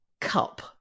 cup